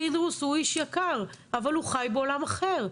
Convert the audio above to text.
פינדרוס הוא איש יקר, אבל הוא חי בעולם אחר.